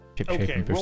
okay